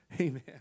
Amen